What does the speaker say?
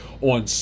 on